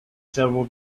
several